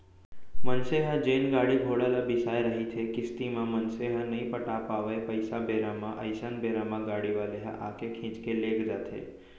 मनसे ह जेन गाड़ी घोड़ा ल बिसाय रहिथे किस्ती म मनसे ह नइ पटा पावय पइसा बेरा म अइसन बेरा म गाड़ी वाले ह आके खींच के लेग जाथे